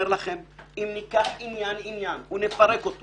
לכם שאם ניקח עניין עניין ונפרק אותו